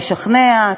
לשכנע,